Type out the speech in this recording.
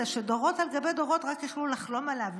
שדורות על גבי דורות יכלו רק לחלום עליו,